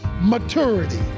maturity